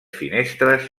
finestres